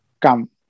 come